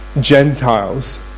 Gentiles